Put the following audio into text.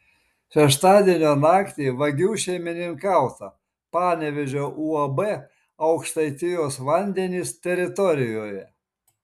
šeštadienio naktį vagių šeimininkauta panevėžio uab aukštaitijos vandenys teritorijoje